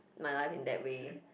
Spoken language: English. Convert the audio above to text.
my life in that way